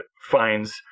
finds